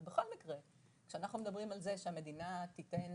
בכל מקרה, כשאנחנו מדברים על זה שהמדינה תיתן